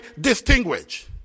distinguish